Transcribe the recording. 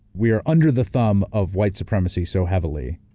we are under the thumb of white supremacy so heavily.